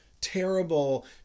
terrible